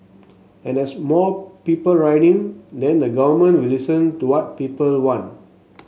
and as more people write in then the government will listen to what people want